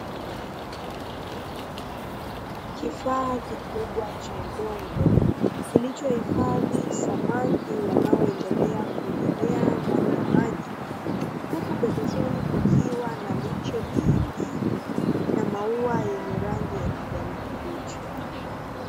Kifaa kikubwa cha udongo kilichohifadhi samaki wanaoendelea kuogelea ndani ya maji huku, pembezoni kukiwa na miche mingi na maua yenye rangi ya kijani kibichi.